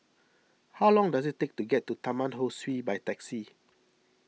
how long does it take to get to Taman Ho Swee by taxi